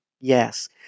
Yes